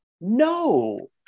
No